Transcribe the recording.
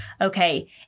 okay